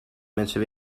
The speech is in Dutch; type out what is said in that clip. mensen